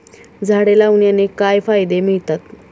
झाडे लावण्याने काय फायदे मिळतात?